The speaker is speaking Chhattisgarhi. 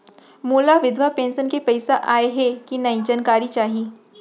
मोला विधवा पेंशन के पइसा आय हे कि नई जानकारी चाही?